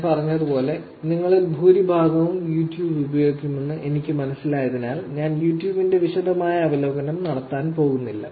ഞാൻ പറഞ്ഞതുപോലെ നിങ്ങളിൽ ഭൂരിഭാഗവും യൂട്യൂബ് ഉപയോഗിക്കുമെന്ന് എനിക്ക് മനസ്സിലായതിനാൽ ഞാൻ യൂട്യൂബ് ന്റെ വിശദമായ അവലോകനം നടത്താൻ പോകുന്നില്ല